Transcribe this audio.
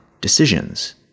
decisions